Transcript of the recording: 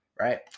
right